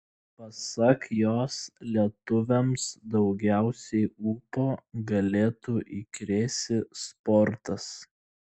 pasak jos lietuviams daugiausiai ūpo galėtų įkrėsi sportas